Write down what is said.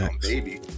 baby